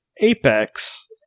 Apex